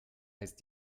heißt